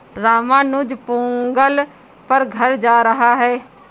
रामानुज पोंगल पर घर जा रहा है